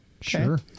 Sure